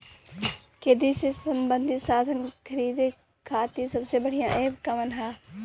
खेती से सबंधित साधन खरीदे खाती सबसे बढ़ियां एप कवन ह?